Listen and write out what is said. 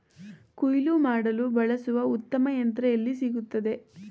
ಕುಯ್ಲು ಮಾಡಲು ಬಳಸಲು ಉತ್ತಮ ಯಂತ್ರ ಎಲ್ಲಿ ಸಿಗುತ್ತದೆ?